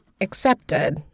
accepted